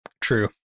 True